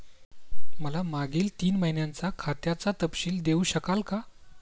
मला मागील तीन महिन्यांचा खात्याचा तपशील देऊ शकाल का?